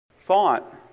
thought